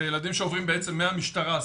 אלה ילדים שעוברים בעצם מהמשטרה.